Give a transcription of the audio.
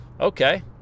okay